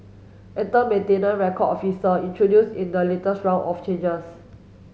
enter maintenance record officer introduced in the latest round of changes